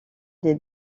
des